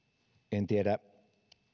en tiedä